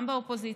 גם באופוזיציה,